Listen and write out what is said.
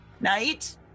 night